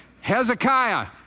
Hezekiah